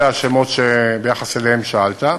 אלה השמות שביחס אליהם שאלת,